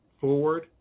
forward